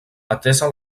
atesa